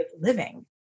living